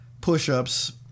push-ups